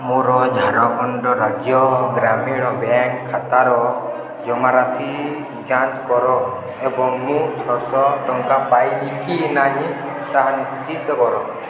ମୋର ଝାଡ଼ଖଣ୍ଡ ରାଜ୍ୟ ଗ୍ରାମୀଣ ବ୍ୟାଙ୍କ୍ ଖାତାର ଜମାରାଶି ଯାଞ୍ଚ କର ଏବଂ ମୁଁ ଛଅଶହ ଟଙ୍କା ପାଇଲି କି ନାହିଁ ତାହା ନିଶ୍ଚିତ କର